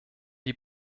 die